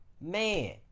man